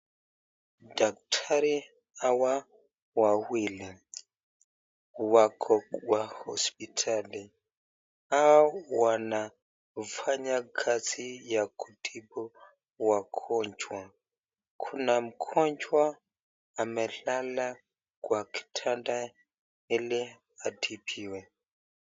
Madaktari hawa wawili wako kwa hospitali hao wanafanya kazi ya kutibu wagonjwa Kuna mgonjwa amelala kwa kitanda ili atibiwe.